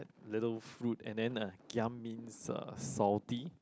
that little fruit and then uh giam uh means salty